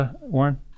Warren